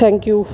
thank you